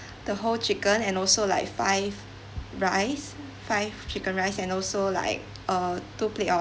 the whole chicken and also like five rice five chicken rice and also like uh two plate of